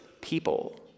people